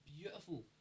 beautiful